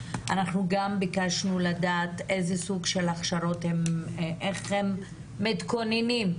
ביקשנו לדעת איזה סוג של הכשרות, איך הם מתכוננים.